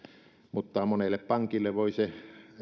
mutta monelle pankille voi se